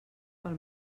pel